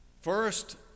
First